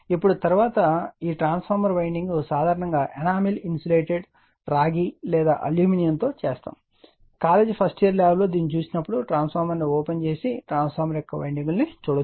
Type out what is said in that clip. ఇప్పుడు తరువాత ఈ ట్రాన్స్ఫార్మర్ వైండింగ్ సాధారణంగా ఎనామెల్ ఇన్సులేటెడ్ రాగి లేదా అల్యూమినియం తో చేస్తాము కాలేజీ ఫస్ట్ ఇయర్ ల్యాబ్లో దీనిని చూసినప్పుడు ట్రాన్స్ఫార్మర్ ఓపెన్ ట్రాన్స్ఫార్మర్ యొక్క వైండింగ్లు చూడవచ్చు